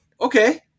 Okay